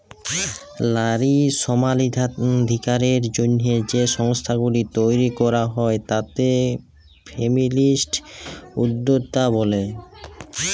লারী সমালাধিকারের জ্যনহে যে সংস্থাগুলি তৈরি ক্যরা হ্যয় তাতে ফেমিলিস্ট উদ্যক্তা ব্যলে